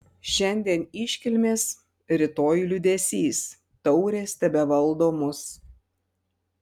šiandien iškilmės rytoj liūdesys taurės tebevaldo mus